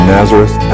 Nazareth